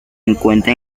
encuentra